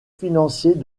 financiers